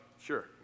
Sure